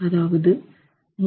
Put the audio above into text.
அதாவது 3